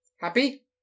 Happy